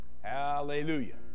Hallelujah